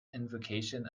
invocation